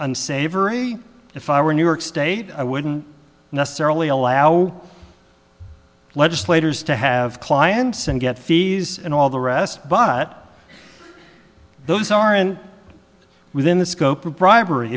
unsavory if i were new york state i wouldn't necessarily allow legislators to have clients and get fees and all the rest but those aren't within the scope of bribery